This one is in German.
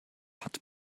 hat